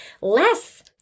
less